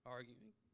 Arguing